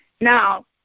Now